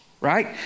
right